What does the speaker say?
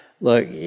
Look